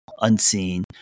unseen